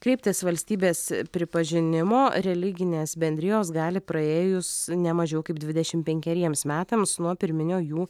kreiptis valstybės pripažinimo religinės bendrijos gali praėjus ne mažiau kaip dvidešimt penkeriems metams nuo pirminio jų